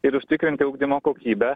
ir užtikrinti ugdymo kokybę